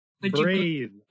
breathe